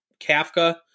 Kafka –